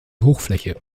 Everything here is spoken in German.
hochfläche